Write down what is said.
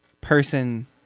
person